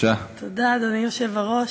אדוני היושב-ראש,